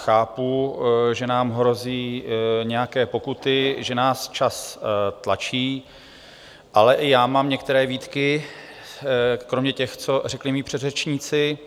Chápu, že nám hrozí nějaké pokuty, že nás čas tlačí, ale i já mám některé výtky kromě těch, co řekli mí předřečníci.